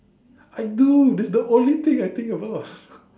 I do that's the only thing I think about